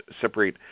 separate